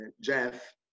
Jeff